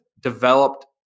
developed